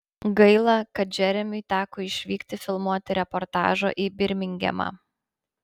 gaila kad džeremiui teko išvykti filmuoti reportažo į birmingemą